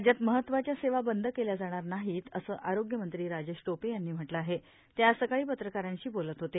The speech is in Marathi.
राज्यात महत्त्वाच्या सेवा बंद केल्या जाणार नाहीत असं आरोग्य मंत्री राजेश टोपे यांनी म्हटलं आहे ते आज सकाळी पत्रकारांशी बोलत होते